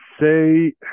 say